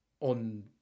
on